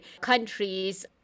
countries